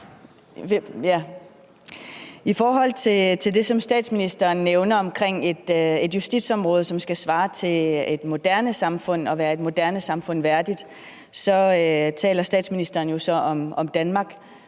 I forhold til det, som statsministeren nævner, om et justitsområde, som skal svare til et moderne samfund og være et moderne samfund værdigt, taler statsministeren om Danmark.